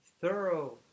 thorough